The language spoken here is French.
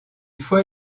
fois